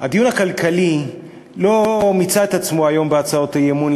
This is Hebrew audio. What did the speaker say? הדיון הכלכלי לא מיצה את עצמו היום בהצעות אי-אמון,